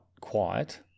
quiet